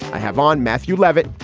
i have on matthew levitt,